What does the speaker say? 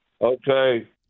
Okay